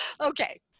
Okay